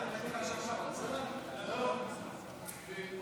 שלא לכלול את הנושא בסדר-היום של הכנסת נתקבלה.